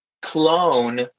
Clone